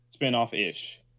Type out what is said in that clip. Spinoff-ish